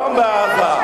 יום בעזה.